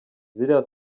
ziriya